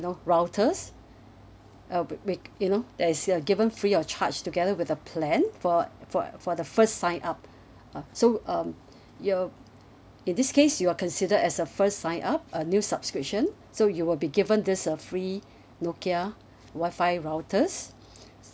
you know routers uh wi~ wi~ you know that is uh given free of charge together with a plan for for for the first sign up uh so um your in this case you're considered as a first sign up uh new subscription so you will be given this uh free Nokia Wi-Fi routers